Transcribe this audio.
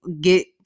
get